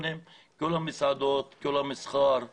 סגורות גם כל המסעדות וכל המסחר.